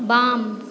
बाम